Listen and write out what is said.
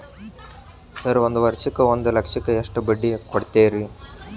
Sir ಒಂದು ವರ್ಷಕ್ಕ ಒಂದು ಲಕ್ಷಕ್ಕ ಎಷ್ಟು ಬಡ್ಡಿ ಕೊಡ್ತೇರಿ?